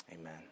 amen